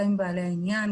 גם עם בעלי העניין,